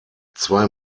zwei